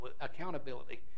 accountability